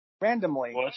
Randomly